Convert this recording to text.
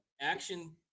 action